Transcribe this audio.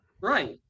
Right